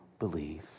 Believe